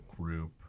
group